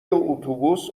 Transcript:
اتوبوس